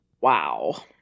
Wow